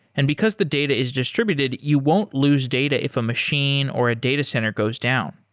and because the data is distributed, you won't lose data if a machine or a data center goes down.